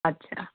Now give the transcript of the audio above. अच्छा